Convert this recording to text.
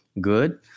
good